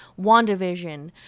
WandaVision